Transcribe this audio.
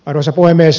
arvoisa puhemies